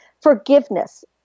Forgiveness